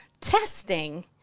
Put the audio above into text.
testing